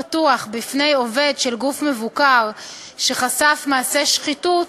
הפתוח בפני עובד של גוף מבוקר שחשף מעשה שחיתות,